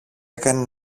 έκανε